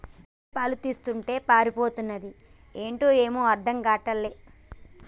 మా బర్రె పాలు తీస్తుంటే పారిపోతన్నాది ఏంటో ఏమీ అర్థం గాటల్లే